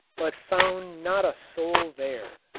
but found not a soul there.